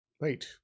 Wait